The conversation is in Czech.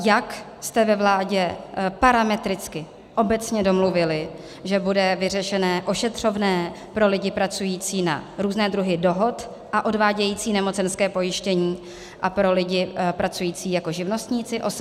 Jak jste ve vládě parametricky obecně domluvili, že bude vyřešené ošetřovné pro lidi pracující na různé druhy dohod a odvádějící nemocenské pojištění a pro lidi pracující jako živnostníci OSVČ.